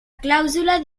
clàusula